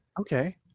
Okay